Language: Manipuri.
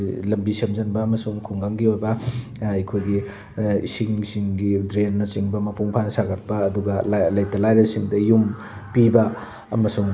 ꯂꯝꯕꯤ ꯁꯦꯝꯖꯟꯕ ꯑꯃꯁꯨꯡ ꯈꯨꯡꯒꯪꯒꯤ ꯑꯣꯏꯕ ꯑꯩꯈꯣꯏꯒꯤ ꯏꯁꯤꯡꯁꯤꯡꯒꯤ ꯗ꯭ꯔꯦꯟꯅꯆꯤꯡꯕ ꯃꯄꯨꯡ ꯐꯥꯅ ꯁꯥꯒꯠꯄ ꯑꯗꯨꯒ ꯂꯩꯇ ꯂꯥꯏꯔꯁꯤꯡꯗ ꯌꯨꯝ ꯄꯤꯕ ꯑꯃꯁꯨꯡ